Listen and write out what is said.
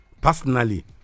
Personally